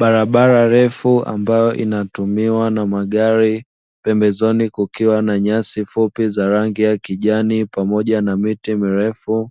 Barabara ndefu ambayo inatumiwa na magari, pembezoni kukiwa na nyasi fupi za rangi ya kijani pamoja na miti mirefu.